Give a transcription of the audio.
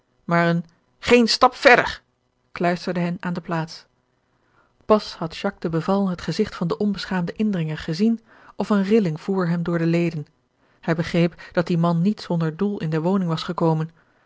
maar een geen stap verder kluisterde hen aan de plaats pas had jacques de beval het gezigt van den onbeschaamden indringer gezien of eene rilling voer hem door de leden hij begreep dat die man niet zonder doel in de woning was gekomen